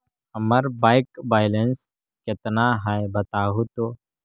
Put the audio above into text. हमर bank balance केतना है बताहु तो?